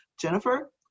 Jennifer